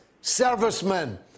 servicemen